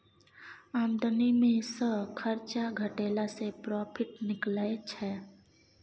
आमदनी मे सँ खरचा घटेला सँ प्रोफिट निकलै छै